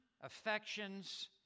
affections